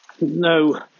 No